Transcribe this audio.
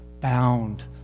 bound